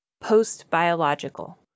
Post-biological